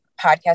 podcast